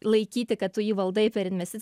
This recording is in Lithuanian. laikyti kad tu jį valdai per investic